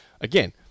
again